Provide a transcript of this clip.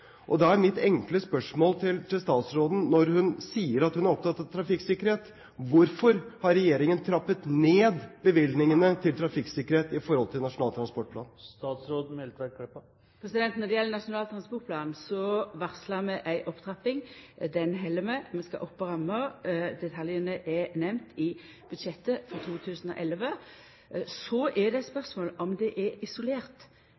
Da er mitt enkle spørsmål til statsråden, når hun sier at hun er opptatt av trafikksikkerhet: Hvorfor har regjeringen trappet ned bevilgningene til trafikksikkerhet i forhold til Nasjonal transportplan? Når det gjeld Nasjonal transportplan, har vi varsla ei opptrapping. Det held vi. Vi skal opp når det gjeld rammer. Detaljane er nemnde i budsjettet for 2011. Så er det